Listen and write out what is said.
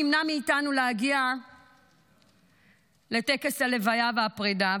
נמנע מאיתנו להגיע לטקס הלוויה והפרידה,